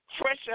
fresh